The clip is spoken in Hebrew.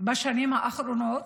בשנים האחרונות,